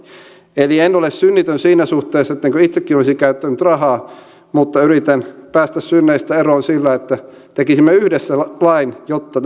eli en ole synnitön siinä suhteessa ettenkö itsekin olisi käyttänyt rahaa mutta yritän päästä synneistä eroon sillä että tekisimme yhdessä lain jotta